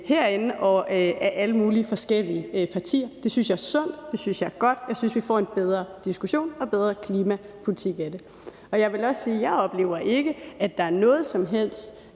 herinde og af alle mulige forskellige partier. Det synes jeg er sundt, det synes jeg er godt, og jeg synes, at vi får en bedre diskussion og bedre klimapolitik af det. Jeg vil også sige, at jeg ikke oplever, at der er noget som helst